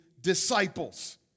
disciples